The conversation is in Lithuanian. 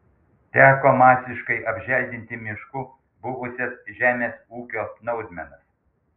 teko masiškai apželdinti mišku buvusias žemės ūkio naudmenas